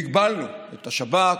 והגבלנו את השב"כ,